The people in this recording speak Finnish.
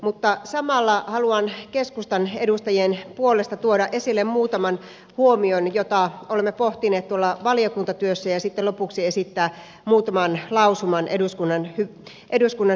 mutta samalla haluan keskustan edustajien puolesta tuoda esille muutaman huomion jota olemme pohtineet valiokuntatyössä ja sitten lopuksi esitän muutaman lausuman eduskunnan hyväksyttäväksi